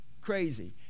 crazy